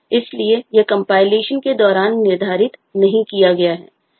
इसलिए यह कंपाइलेशन है